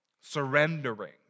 surrendering